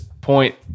point